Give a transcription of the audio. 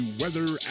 weather